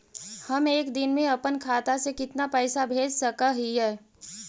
हम एक दिन में अपन खाता से कितना पैसा भेज सक हिय?